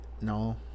No